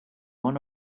one